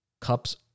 cups